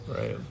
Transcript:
Right